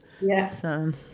Yes